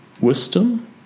wisdom